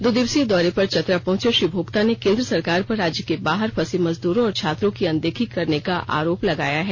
दो दिवसीय दौरे पर चतरा पहंचे श्री भोक्ता ने केंद्र सरकार पर राज्य के बाहर फंसे मजदूरों और छात्रों की अनदेखी करने का आरोप लगाया है